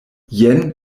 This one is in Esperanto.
jen